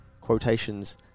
quotations